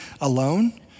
alone